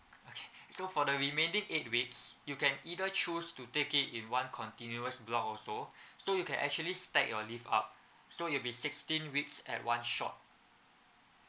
okay so for the remaining eight weeks you can either choose to take it in one continuous block also so you can actually stack your leave up so it'll be sixteen weeks at one shot